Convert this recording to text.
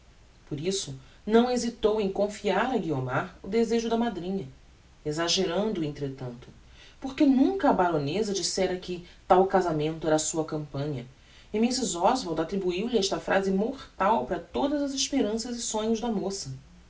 por isso não hesitou em confiar a guiomar o desejo da madrinha exagerando o entretanto por que nunca a baroneza dissera que tal casamento era a sua campanha e mrs oswald attribuiu lhe esta phrase mortal para todas as esperanças e sonhos da moça